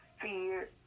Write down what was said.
fear